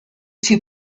two